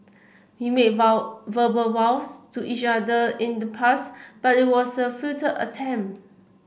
we made vow verbal vows to each other in the past but it was a futile attempt